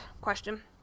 question